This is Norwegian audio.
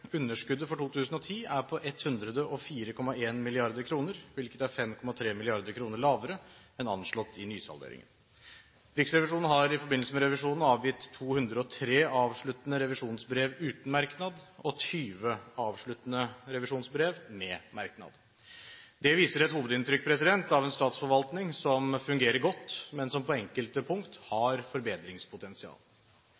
underskuddet for 2010 er på 104,1 mrd. kr, hvilket er 5,3 mrd. kr lavere enn anslått i nysalderingen. Riksrevisjonen har i forbindelse med revisjonen avgitt 203 avsluttende revisjonsbrev uten merknad og 20 avsluttende revisjonsbrev med merknad. Det viser et hovedinntrykk av en statsforvaltning som fungerer godt, men som på enkelte